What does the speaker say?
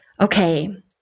Okay